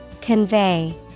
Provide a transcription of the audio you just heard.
Convey